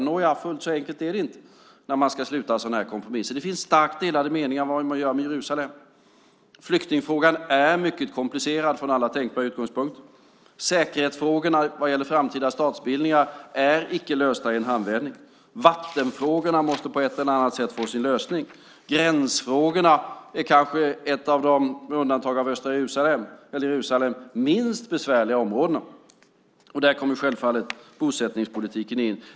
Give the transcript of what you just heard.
Nåja, fullt så enkelt är det inte när man ska sluta kompromisser. Det finns starkt delade meningar om vad som ska göras med Jerusalem. Flyktingfrågan är mycket komplicerad från alla tänkbara utgångspunkter. Säkerhetsfrågorna vad gäller framtida statsbildningar är icke lösta i en handvändning. Vattenfrågorna måste på ett eller annat sätt få sin lösning. Gränsfrågorna är kanske ett av - med undantag av Jerusalem - de minst besvärliga områdena. Där kommer självfallet bosättningspolitiken in.